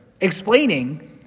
explaining